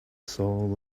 soul